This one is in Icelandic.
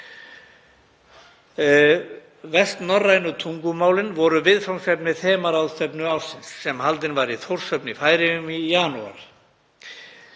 Vestnorrænu tungumálin voru viðfangsefni þemaráðstefnu ársins, sem haldin var í Þórshöfn í Færeyjum í janúar.